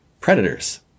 Predators